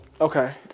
Okay